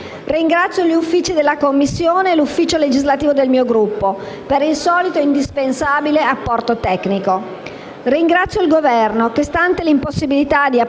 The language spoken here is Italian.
Ringrazio gli uffici della Commissione e l'ufficio legislativo del mio Gruppo per il solito indispensabile apporto tecnico. Ringrazio il Governo, che, stante l'impossibilità di approvare